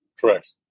Correct